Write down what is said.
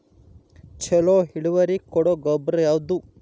ಛಲೋ ಇಳುವರಿ ಕೊಡೊ ಗೊಬ್ಬರ ಯಾವ್ದ್?